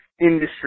industry